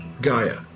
Gaia